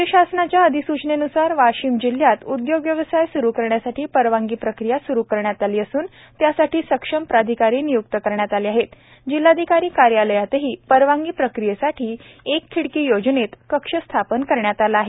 राज्य शासनाच्या अधिसूचनेनुसार वाशिम जिल्ह्यात उद्योग व्यवसाय सुरू करण्यासाठी परवानगी प्रक्रिया सुरू करण्यात आली असून त्यासाठी सक्षम प्राधिकारी नियुक्त करण्यात आले असून जिल्हाधिकारी कार्यालयातही परवानगी प्रक्रियेसाठी एक खिडकी योजनेत कक्ष स्थापन करण्यात आला आहे